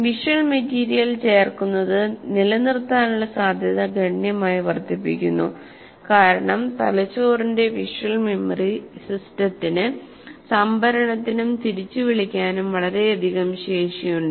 visual material ചേർക്കുന്നത് നിലനിർത്താനുള്ള സാധ്യത ഗണ്യമായി വർദ്ധിപ്പിക്കുന്നു കാരണം തലച്ചോറിന്റെ വിഷ്വൽ മെമ്മറി സിസ്റ്റത്തിന് സംഭരണത്തിനും തിരിച്ചുവിളിക്കാനും വളരെയധികം ശേഷിയുണ്ട്